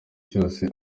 cyose